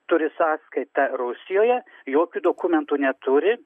turi sąskaitą rusijoje jokių dokumentų neturi